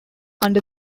under